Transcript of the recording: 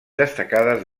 destacades